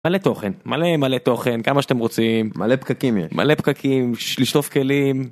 מלא תוכן. מלא מלא תוכן כמה שאתם רוצים, מלא פקקים. מלא פקקים, לשטוף כלים.